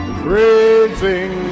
praising